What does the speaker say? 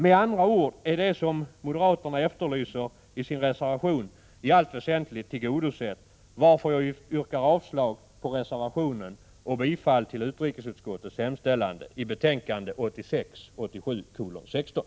Med andra ord är det som moderaterna efterlyser i sin reservation i allt väsentligt tillgodosett, varför jag yrkar avslag på reservationen och bifall till utrikesutskottets hemställan i betänkandet 1986/87:16.